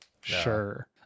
sure